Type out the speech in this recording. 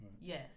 Yes